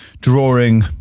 drawing